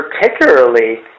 particularly